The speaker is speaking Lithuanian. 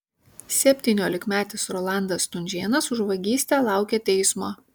septyniolikmetis rolandas stunžėnas už vagystę laukia teismo